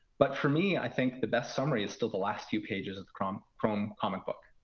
but for me, i think the best summary is still the last few pages of the chrome chrome comic book.